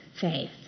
faith